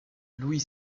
louis